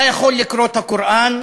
אתה יכול לקרוא את הקוראן,